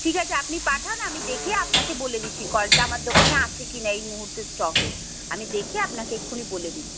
ঠিক আছে আপনি পাঠান আমি দেখে আপনাকে বলে দিচ্ছি কলটা আমার দোকানে আছে কি না এই মুহুর্ত স্টকে আমি দেখে আপনাকে এক্ষুনি বলে দিই